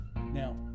Now